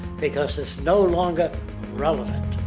because it's no longer relevant.